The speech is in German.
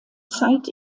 zeit